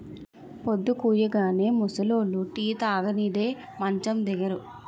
పొద్దుకూయగానే ముసలోళ్లు టీ తాగనిదే మంచం దిగరు